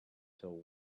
till